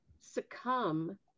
succumb